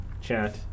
chat